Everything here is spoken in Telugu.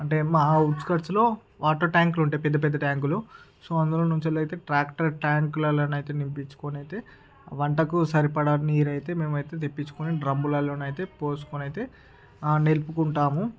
అంటే మా అవుట్ స్కట్స్ లో వాటర్ ట్యాంకులుంటాయి పెద్ద పెద్ద ట్యాంకులు సో అందులో నుంచి అయితే ట్రాక్టర్ ట్యాంకు లలోనైతే నింపిచ్చుకొనైతే వంటకు సరిపడా నీరైతే మేమైతే తెపిచ్చుకుని డ్రమ్ము లలోనైతే పోసుకొనైతే నిల్పుకుంటాము